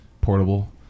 portable